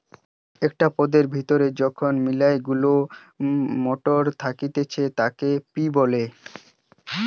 একটো পদের ভেতরে যখন মিলা গুলা মটর থাকতিছে তাকে পি বলে